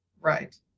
Right